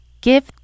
Give